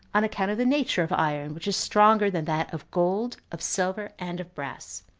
on account of the nature of iron, which is stronger than that of gold, of silver, and of brass.